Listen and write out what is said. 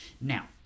Now—